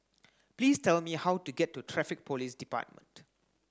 please tell me how to get to Traffic Police Department